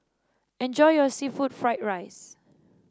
enjoy your seafood Fried Rice